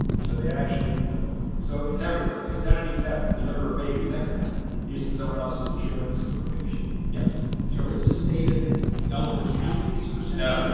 so they actually you know so it's everywhere. i mean, identity theft, you deliver a baby think about it using someone else's insurance information. yes? audience joe, is this data delaware county, these percentages?